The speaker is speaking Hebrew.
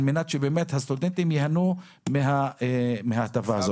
על מנת שהסטודנטים ייהנו מההטבה הזאת.